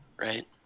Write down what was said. right